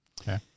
Okay